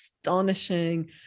Astonishing